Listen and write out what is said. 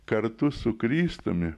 kartu su kristumi